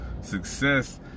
Success